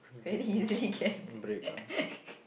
very easily can